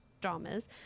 dramas